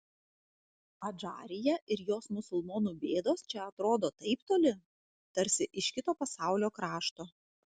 adžarija ir jos musulmonų bėdos čia atrodo taip toli tarsi iš kito pasaulio krašto